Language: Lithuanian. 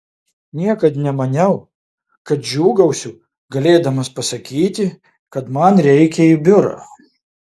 niekad nemaniau kad džiūgausiu galėdamas pasakyti kad man reikia į biurą